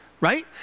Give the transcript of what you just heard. right